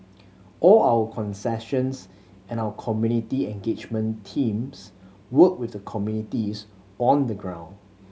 all our concessions and our community engagement teams work with the communities on the ground